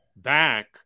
back